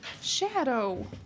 Shadow